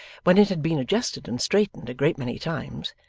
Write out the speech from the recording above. when it had been adjusted and straightened a great many times,